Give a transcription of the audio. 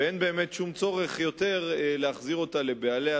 ואין באמת שום צורך יותר להחזיר אותה לבעליה,